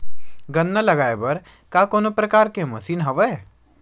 गन्ना लगाये बर का कोनो प्रकार के मशीन हवय?